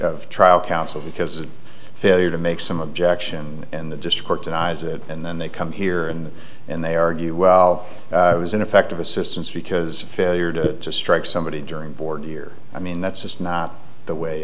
counsel because of failure to make some objection and the discord dies it and then they come here and and they argue well i was ineffective assistance because failure to strike somebody during board year i mean that's just not the way